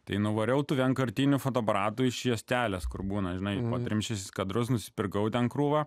tai nuvariau tų vienkartinių fotoaparatų iš juostelės kur būna žinai po trim šešis kadrus nusipirkau ten krūvą